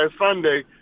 Sunday